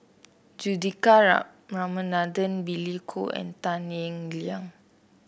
Juthika Ramanathan Billy Koh and Tan Eng Liang